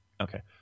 Okay